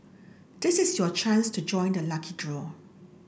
this is your chance to join the lucky draw